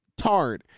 tard